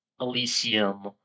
Elysium